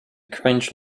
cringe